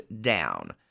down